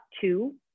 Two